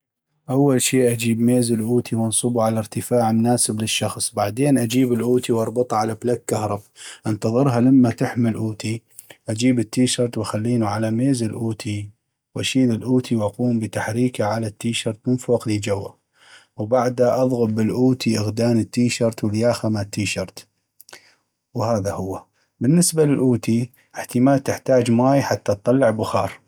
اول شي اجيب ميز الاوتي وانصبو على ارتفاع مناسب للشخص ، بعدين اجيب الاوتي واربطا على بلك كهرب ، انتظرها لما تحمى الاوتي ، اجيب التيشرت واخلينو على ميز الاوتي واشيل الاوتي وأقوم بتحريكا على التيشرت من فوق لى جوى ، وبعدا اضغب بالاوتي اغدان التيشرت ، والياخة مال تيشرت، وهذا هو بالنسبة للاوتي احتمال تحتاج ماي حتى اطلع بخار.